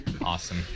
Awesome